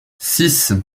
six